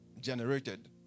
generated